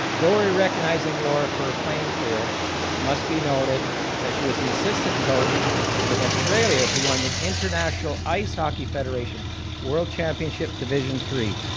though we're recognizing laura for her playing career it must be noted that she was an assistant coach with australia who won the international ice hockey federation world championship division three.